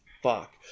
fuck